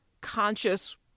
conscious